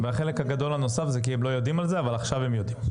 והחלק הגדול הנוסף זה כי הם לא יודעים על זה אבל עכשיו הם יודעים.